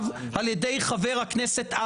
הקשבתי לך.